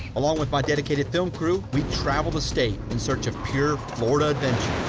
along with my dedicated film crew we travel the state in search of pure, florida adventure